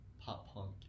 pop-punk